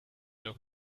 nog